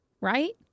Right